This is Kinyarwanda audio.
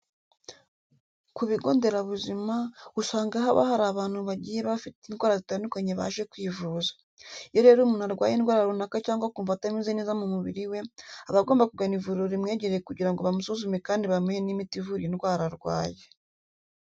Ku bigo nderabuzima usanga haba hari abantu bagiye bafite indwara zitandukanye baje kwivuza. Iyo rero umuntu arwaye indwara runaka cyangwa akumva atameze neza mu muburi we, aba agomba kugana ivuriro rimwegereye kugira ngo bamusuzume kandi bamuhe n'imiti ivura indwara arwaye.